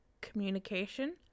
Communication